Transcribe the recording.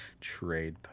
Trade